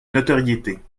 notoriété